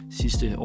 sidste